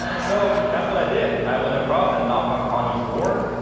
so that's what i did. i went across and knocked on connie's door.